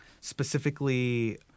specifically